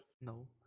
No